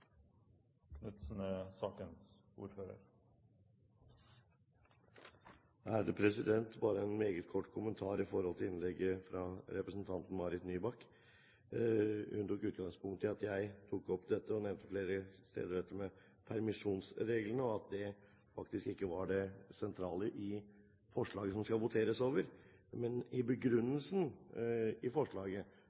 Bare en meget kort kommentar til innlegget fra representanten Marit Nybakk. Hun tok utgangspunkt i at jeg tok opp, og nevnte flere steder dette med permisjonsreglene, og at det faktisk ikke var det sentrale i forslaget som det skal voteres over. Men i begrunnelsen i forslaget